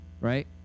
Right